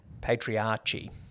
Patriarchy